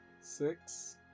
Six